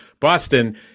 Boston